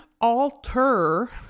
alter